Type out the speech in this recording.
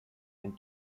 and